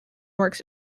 works